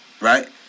right